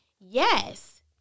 yes